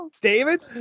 David